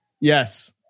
Yes